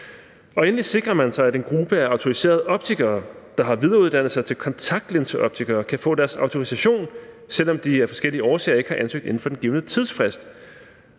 Endelig sikrer man sig, at en gruppe af autoriserede optikere, der har videreuddannet sig til kontaktlinseoptikere, kan få deres autorisation, selv om de af forskellige årsager ikke har ansøgt inden for den givne tidsfrist.